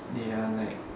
they are like